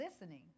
listening